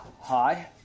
hi